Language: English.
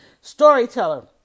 Storyteller